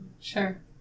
Sure